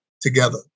together